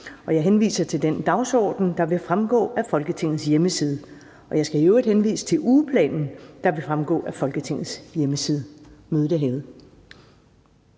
Jeg henviser til den dagsorden, der vil fremgå af Folketingets hjemmeside. Og jeg skal i øvrigt henvise til ugeplanen, der vil fremgå af Folketingets hjemmeside. Mødet er hævet.